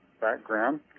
background